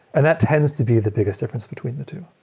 and that tends to be the biggest difference between the two